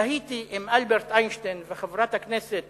תהיתי אם אלברט איינשטיין וחברת הכנסת